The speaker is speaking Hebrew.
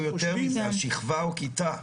אפילו יותר מזה, השכבה או הכיתה.